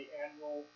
annual